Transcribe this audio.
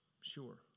Sure